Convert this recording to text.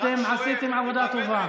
אתם עשיתם עבודה טובה.